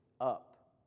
up